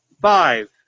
Five